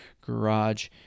garage